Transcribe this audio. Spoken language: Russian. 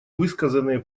высказанные